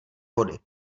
body